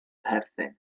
perthyn